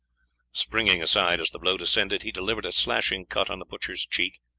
springing aside as the blow descended he delivered a slashing cut on the butcher's cheek,